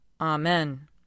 Amen